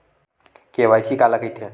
KYC काला कइथे?